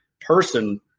person